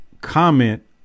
comment